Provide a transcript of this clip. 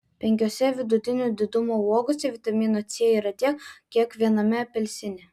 penkiose vidutinio didumo uogose vitamino c yra tiek kiek viename apelsine